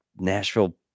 Nashville